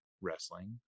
Wrestling